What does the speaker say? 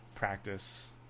Practice